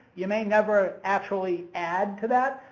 you may never actually add to that,